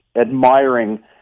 admiring